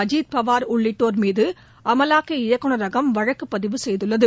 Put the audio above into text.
அஜீத் பவார் உள்ளிட்டோர் மீது அமலாக்க இயக்குனரகம் வழக்கு பதிவு செய்துள்ளது